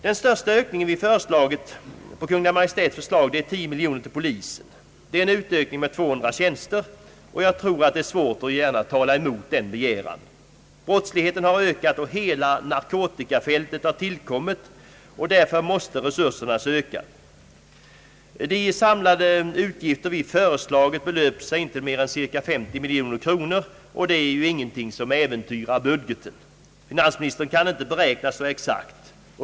Den största ökningen vi föreslagit på Kungl. Maj:ts förslag är 10 miljoner till polisen. Det är en utökning med 200 tjänster, och jag tror att det är svårt att tala emot den begäran. Brottsligheten har ökat och hela narkotikafältet har tillkommit och därför måste resurserna ökas. De samlade utgifter vi föreslagit belöper sig inte till mer än cirka 50 miljoner kronor, och det är ju ingenting som äventyrar budgeten. Finansministern kan inte beräkna så exakt.